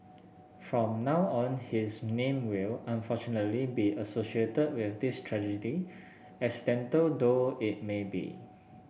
from now on his name will unfortunately be associated with this tragedy accidental though it may be